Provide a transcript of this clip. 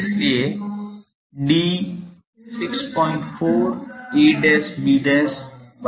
इसलिए D 64 a b by lambda not square है